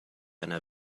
einer